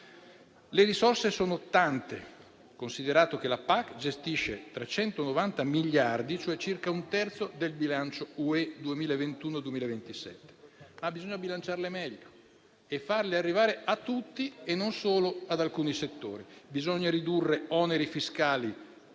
Le risorse sono tante, considerato che la PAC gestisce 390 miliardi, cioè circa un terzo del bilancio dell'Unione europea 2021-2027, ma bisogna bilanciarle meglio e farle arrivare a tutti, e non solo ad alcuni settori. Bisogna ridurre oneri fiscali